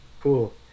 Cool